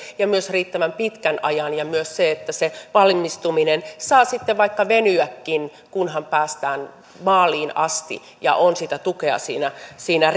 ja myös riittävän pitkän ajan ja myös se että se valmistuminen saa sitten vaikka venyäkin kunhan päästään maaliin asti ja on sitä tukea siinä siinä